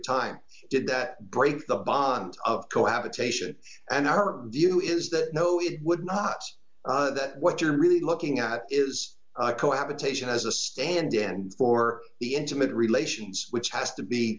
time did that break the bond of cohabitation and her view is that no it would not that what you're really looking at is cohabitation as a stand in for intimate relations which has to be